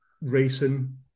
Racing